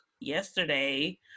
yesterday